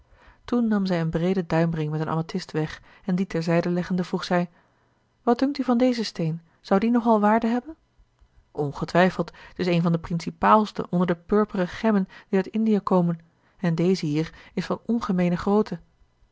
toen nam zij een breeden duimring met een amathist weg en dien ter zijde leggende vroeg zij wat dunkt u van dezen steen zou die nogal waarde hebben ngetwijfeld t is een van de principaalste onder de purperen gemmen die uit indië komen en deze hier is van ongemeene grootte